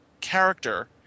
character